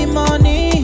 money